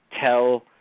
tell –